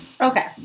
Okay